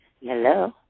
Hello